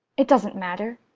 it doesn't matter.